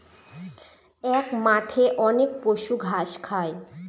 এক মাঠে অনেক পশু ঘাস খায়